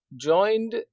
joined